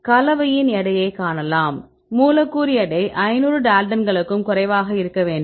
கலவையின் எடையைக் காணலாம் மூலக்கூறு எடை 500 டால்டன்களுக்கும் குறைவாக இருக்க வேண்டும்